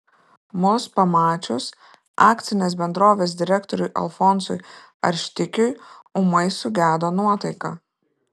mus pamačius akcinės bendrovės direktoriui alfonsui arštikiui ūmai sugedo nuotaika